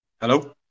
Hello